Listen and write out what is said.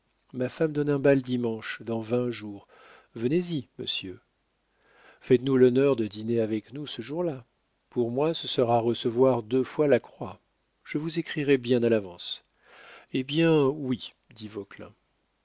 ma femme donne un bal dimanche dans vingt jours venez-y monsieur faites-nous l'honneur de dîner avec nous ce jour-là pour moi ce sera recevoir deux fois la croix je vous écrirai bien à l'avance eh bien oui